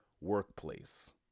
workplace